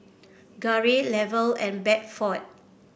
Garey Lavelle and Bedford